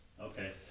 Okay